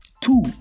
Two